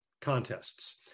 contests